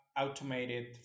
automated